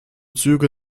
züge